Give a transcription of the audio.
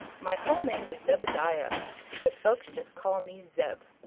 my whole name is zebediah but folks just call me zeb.